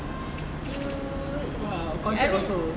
you I mean